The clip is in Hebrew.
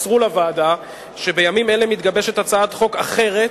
מסרו לוועדה שבימים אלה מתגבשת הצעת חוק אחרת,